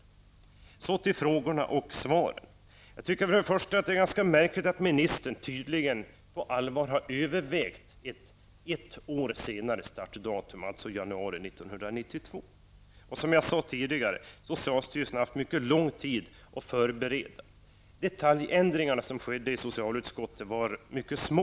Låt mig så gå över till frågorna och svaren. För det första tycker jag att det är ganska märkligt att ministern på allvar har övervägt att senarelägga startdatum ett år, dvs. till januari 1992. Som jag sade har socialstyrelsen haft mycket långt tid för att förbereda detta. De detaljförändringar som skedde i socialutskottet var mycket små.